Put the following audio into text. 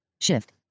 shift